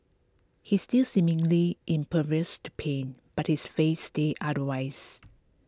he's still seemingly impervious to pain but his face says otherwise